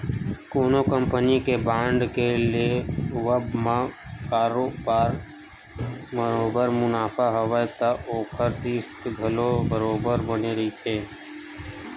कोनो कंपनी के बांड के लेवब म बरोबर मुनाफा हवय त ओखर रिस्क घलो बरोबर बने रहिथे